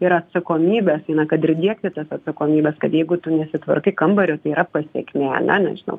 ir atsakomybės eina kad ir įdiegti tas atsakomybes kad jeigu tu nesitvarkai kambario tai yra pasekmė ane nežinau